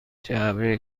جعبه